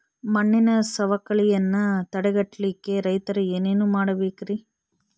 ಮಣ್ಣಿನ ಸವಕಳಿಯನ್ನ ತಡೆಗಟ್ಟಲಿಕ್ಕೆ ರೈತರು ಏನೇನು ಮಾಡಬೇಕರಿ?